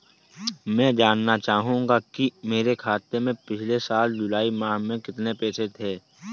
मैं जानना चाहूंगा कि मेरे खाते में पिछले साल जुलाई माह में कितने पैसे थे?